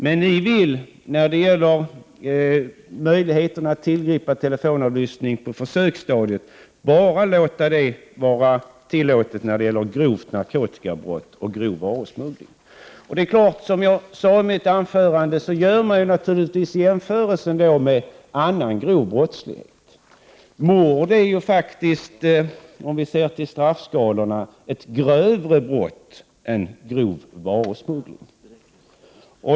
Men när det gäller möjligheten att tillgripa telefonavlyssning på försöksstadiet vill ni att detta skall vara tillåtet endast vid grova narkotikabrott och vid varusmuggling. Som jag sade i mitt huvudanförande jämför man här, naturligtvis, med annan grov brottslighet. Men mord är faktiskt — om man ser till straffskalan — ett grövre brott än grov varusmuggling.